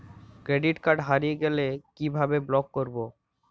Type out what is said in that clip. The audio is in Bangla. ক্রেডিট কার্ড হারিয়ে গেলে কি ভাবে ব্লক করবো?